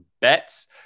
bets